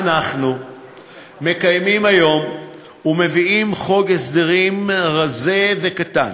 אנחנו היום מקיימים ומביאים חוק הסדרים רזה וקטן,